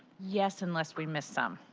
yes, unless we missed some,